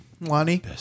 Lonnie